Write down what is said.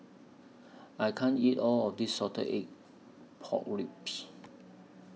I can't eat All of This Salted Egg Pork Ribs